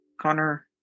Connor